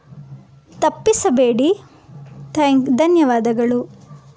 ತಪ್ಪಿಸಬೇಡಿ thank ಧನ್ಯವಾದಗಳು